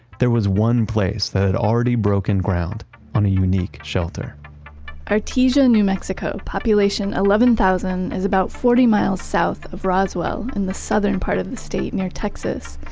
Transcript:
there was one place that had already broken ground on a unique shelter artesian, new mexico. population eleven thousand. it's about forty miles south of roswell in the southern part of the state, near texas.